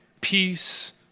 peace